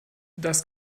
das